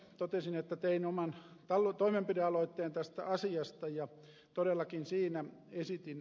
totesin että tein oman toimenpidealoitteen tästä asiasta ja todellakin siinä esitin